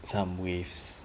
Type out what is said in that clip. some waves